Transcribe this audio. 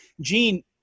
gene